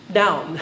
down